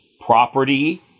property